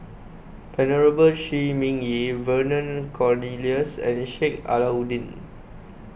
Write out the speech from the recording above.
Venerable Shi Ming Yi Vernon Cornelius and Sheik Alau'ddin